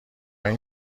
این